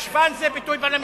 "ישבן" זה ביטוי פרלמנטרי.